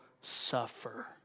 suffer